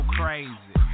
crazy